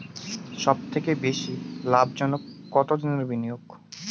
সবথেকে বেশি লাভজনক কতদিনের বিনিয়োগ?